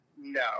No